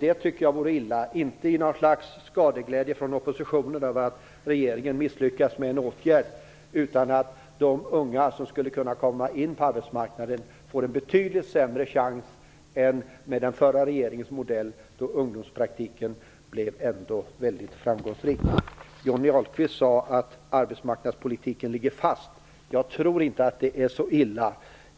Det tycker jag vore illa, inte i något slags skadeglädje från oppositionen över att regeringen misslyckas med en åtgärd, utan därför att de unga som skulle kunna komma in på arbetsmarknaden får en betydligt sämre chans än med den förra regeringens modell. Ungdomspraktiken blev ändå väldigt framgångsrik. Johnny Ahlqvist sade att arbetsmarknadspolitiken ligger fast. Jag tror inte att det är så illa.